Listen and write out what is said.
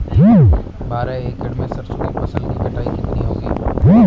बारह एकड़ में सरसों की फसल की कटाई कितनी होगी?